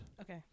Okay